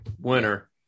winner